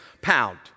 pound